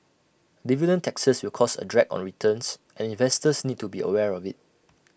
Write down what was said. dividend taxes will cause A drag on returns and investors need to be aware of IT